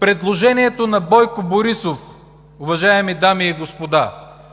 Предложението на Бойко Борисов, уважаеми дами и господа